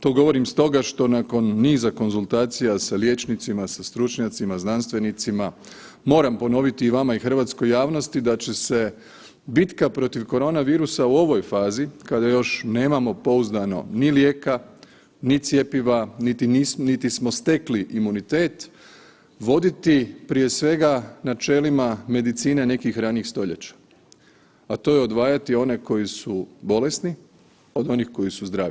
To govorim stoga što nakon niza konzultacija sa liječnicima, sa stručnjacima, znanstvenicima, moram ponoviti i vama i hrvatskoj javnosti da će se bitka protiv koronavirusa u ovoj fazi kada još nemamo pouzdano ni lijeka, ni cjepiva, niti smo stekli imunitet, voditi prije svega načelima medicine nekih ranijih stoljeća, a to je odvajati one koji su bolesni od onih koji su zdravi.